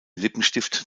lippenstift